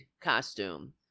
costume